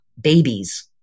babies